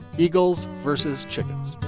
eagles versus chickens